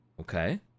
Okay